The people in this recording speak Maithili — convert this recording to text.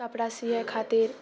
कपड़ा सियै खातिर